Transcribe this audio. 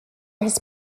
his